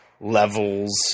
levels